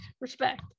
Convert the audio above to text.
respect